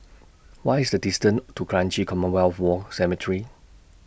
What IS The distance to Kranji Commonwealth War Cemetery